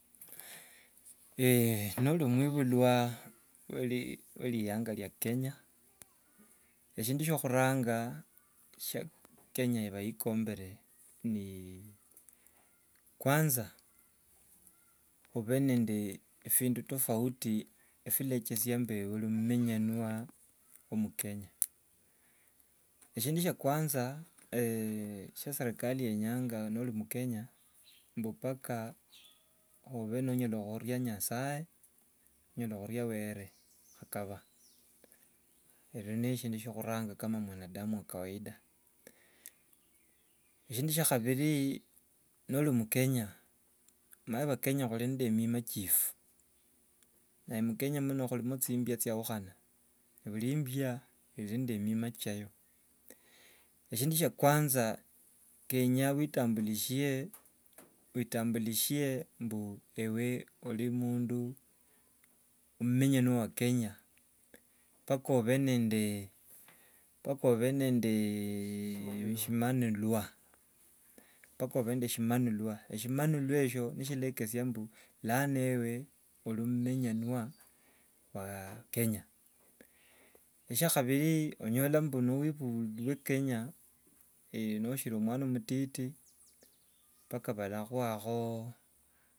nori mwibulwa we erikhanga rya kenya, eshindu shyo khuranga shya kenya iba ikombere ni kwanza one nende bindu tofauti bilechesia mbu ori mumenywena omukenya. Eshindu shya kwanza sya serikali yenyanga nori mukenya mbu mpaka onyale khuva- nonyala khuria nyasaye, onyale khuria were- khakaba. Eshio nishio shindu shya khuranga kama mwanadamu wa kawaida. Eshindu sha khabiri, nori mukenya, omanyire bakenya khuri nende mima chefu ne- mukenya muno khurimo chimbia chaukhane, buri imbia iri nende emima chayo. Eshindu shya kwanza kenya wetambulishe wetambulishe mbu ewe ori mundu mumenywena wa kenya mpaka obe nende eshimanulwa mpaka obe nende eshimanulwa, eshimanulwa eshio nishyo shilekesia mbu lano ewe ori mumenywena wa kenya. Shya khabiri, onyola mbu niwibulwe kenya no- shiri mwana omtiti mpaka balakhuwakho